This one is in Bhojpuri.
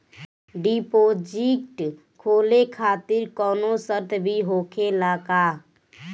डिपोजिट खोले खातिर कौनो शर्त भी होखेला का?